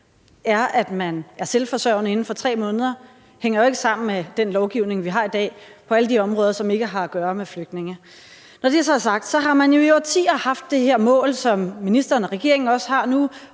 er, at man er selvforsørgende inden for 3 måneder, hænger jo ikke sammen med den lovgivning, som vi har i dag på alle de områder, som ikke har at gøre med flygtninge. Når det så er sagt, har man jo i årtier haft det her mål, som ministeren og regeringen også har nu,